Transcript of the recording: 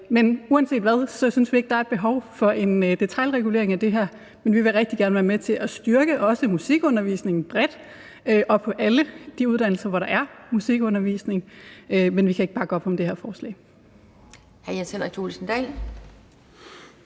bog? Uanset hvad, synes vi ikke, der er et behov for en detailregulering af det her, men vi vil rigtig gerne være med til at styrke musikundervisningen bredt og på alle de uddannelser, hvor der er musikundervisning. Men vi kan ikke bakke op om det her forslag.